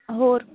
ਹੋਰ